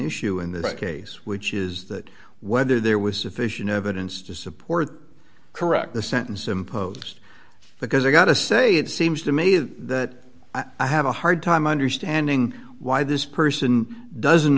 issue in this case which is that whether there was sufficient evidence to support correct the sentence imposed because i got to say it seems to me that i have a hard time understanding why this person doesn't